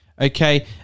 okay